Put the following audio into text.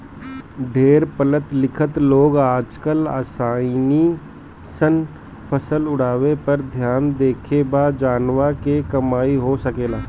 ढेर पढ़ल लिखल लोग आजकल अइसन फसल उगावे पर ध्यान देले बा जवना से कमाई हो सके